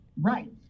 right